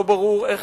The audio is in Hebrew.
לא ברור איך